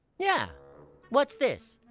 yeah what's this?